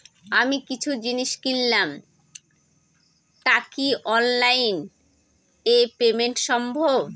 আমি কিছু জিনিস কিনলাম টা কি অনলাইন এ পেমেন্ট সম্বভ?